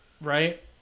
right